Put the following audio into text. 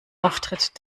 auftritt